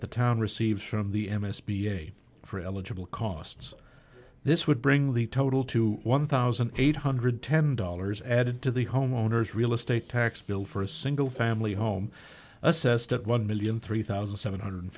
the town receives from the m s b eight for eligible costs this would bring the total to one thousand eight hundred and ten dollars added to the homeowner's real estate tax bill for a single family home assessed at one million three thousand seven hundred and